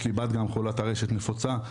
יש לי בת חולה טרשת נפוצה,